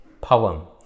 poem